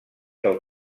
del